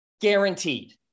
Guaranteed